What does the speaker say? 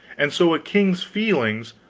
and so a king's feelings,